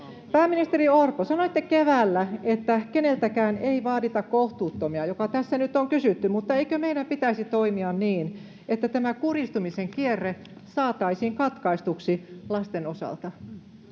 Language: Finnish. Pääministeri Orpo, sanoitte keväällä, että keneltäkään ei vaadita kohtuuttomia, mitä tässä nyt on kysytty. Mutta eikö meidän pitäisi toimia niin, että tämä kurjistumisen kierre saataisiin katkaistuksi lasten osalta?